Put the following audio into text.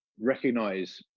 recognize